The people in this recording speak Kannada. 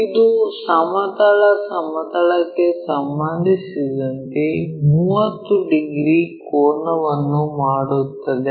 ಇದು ಸಮತಲ ಸಮತಲಕ್ಕೆ ಸಂಬಂಧಿಸಿದಂತೆ 30 ಡಿಗ್ರಿ ಕೋನವನ್ನು ಮಾಡುತ್ತದೆ